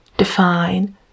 define